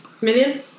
Million